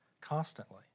constantly